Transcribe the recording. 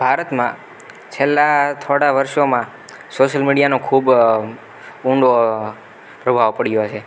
ભારતમાં છેલ્લાં થોડાં વર્ષોમાં સોસિયલ મીડિયાનો ખૂબ ઊંડો પ્રભાવ પડ્યો છે